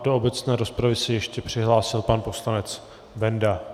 Do obecné rozpravy se ještě přihlásil pan poslanec Benda.